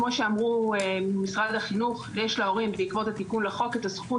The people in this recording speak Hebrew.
כמו שאמרו ממשרד החינוך יש להורים בעקבות התיקון בחוק את הזכות